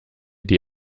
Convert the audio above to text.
die